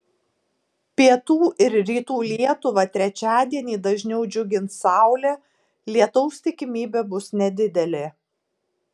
pietų ir rytų lietuvą trečiadienį dažniau džiugins saulė lietaus tikimybė bus nedidelė